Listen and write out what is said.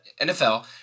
NFL